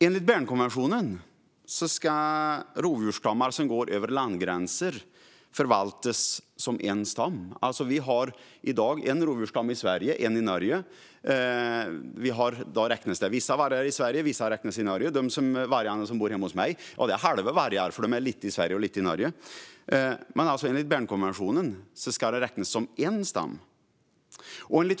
Enligt Bernkonventionen ska rovdjursstammar som går över landgränser förvaltas som en stam. Vi har i dag en rovdjursstam i Sverige och en i Norge. Vissa vargar räknas i Sverige och vissa i Norge. De vargar som bor hemma hos mig är som halva vargar, för de är lite i Sverige och lite i Norge. Men enligt Bernkonventionen ska de räknas som en stam.